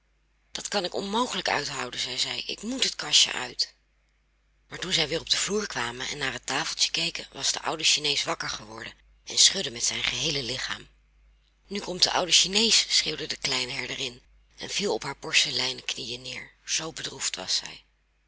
dat kan ik onmogelijk uithouden zeide zij ik moet het kastje uit maar toen zij weer op den vloer kwamen en naar het tafeltje keken was de oude chinees wakker geworden en schudde met zijn geheele lichaam nu komt de oude chinees schreeuwde de kleine herderin en viel op haar porseleinen knieën neer zoo bedroefd was zij